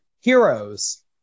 heroes